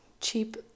cheap